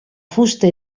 fusta